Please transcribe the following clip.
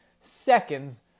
seconds